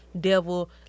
devil